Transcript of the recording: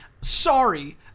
Sorry